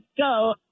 go